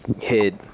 hit